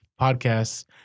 podcasts